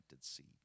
seed